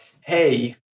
hey